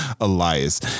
Elias